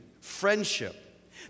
friendship